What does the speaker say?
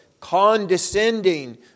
condescending